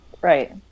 Right